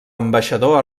ambaixador